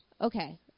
Okay